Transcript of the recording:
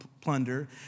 plunder